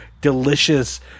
delicious